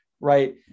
Right